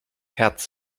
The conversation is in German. herz